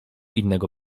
innego